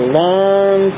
long